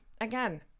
again